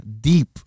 Deep